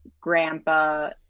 grandpa